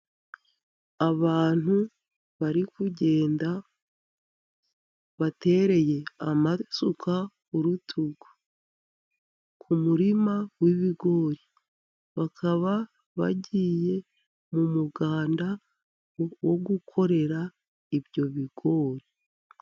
Abantu bari kugenda batereye amasuka ku rutugu ku murima w'ibigori, bakaba bagiye mu muganda wo gukorera ibyo bigori.